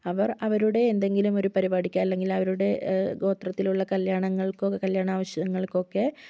അവർ അവരുടെ എന്തെങ്കിലും ഒരു പരിപാടിക്ക് അല്ലെങ്കിൽ അവരുടെ ഗോത്രത്തിലുള്ള കല്യാണങ്ങൾക്കോ കല്യാണ ആവശ്യങ്ങൾക്കൊക്കെ